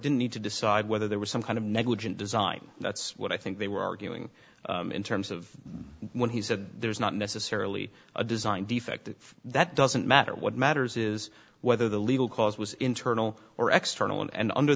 didn't need to decide whether there was some kind of negligent design that's what i think they were arguing in terms of when he said there's not necessarily a design defect that doesn't matter what matters is whether the legal cause was internal or external and under